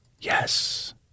yes